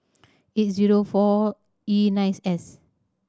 eight zero four E nines S